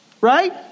right